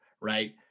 right